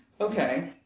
Okay